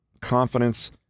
confidence